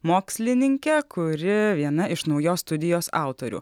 mokslininke kuri viena iš naujos studijos autorių